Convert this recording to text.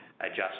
adjust